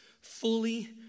fully